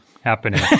happening